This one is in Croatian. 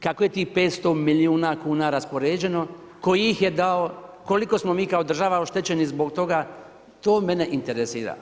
Kako je tih 500 milijuna kuna raspoređeno, tko ih je dao, koliko smo mi kao država oštećeni zbog toga, to mene interesira.